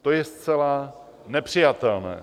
To je zcela nepřijatelné.